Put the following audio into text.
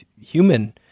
human